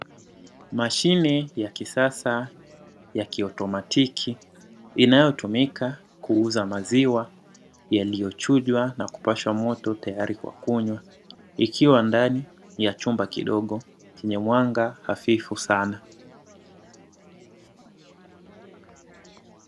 Mashine ya kisasa ya kiotomatiki inayotumika kuuza maziwa yaliochujwa na kupashwa moto tayari kwa kunywa ikiwa ndani ya chumba kidogo chenye mwanga hafifu sana.